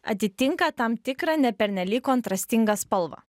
atitinka tam tikrą ne pernelyg kontrastingą spalvą